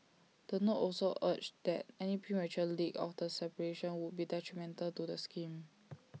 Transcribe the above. the note also urged that any premature leak of the separation would be detrimental to the scheme